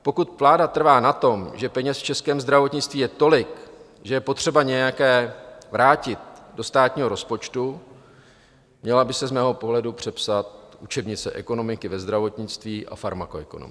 Pokud vláda trvá na tom, že peněz v českém zdravotnictví je tolik, že je potřeba nějaké vrátit do státního rozpočtu, měla by se z mého pohledu přepsat učebnice ekonomiky ve zdravotnictví a farmakoekonomiky.